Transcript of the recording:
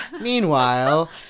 Meanwhile